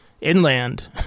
inland